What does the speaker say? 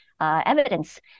evidence